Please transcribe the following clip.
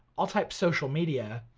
i'll type social media,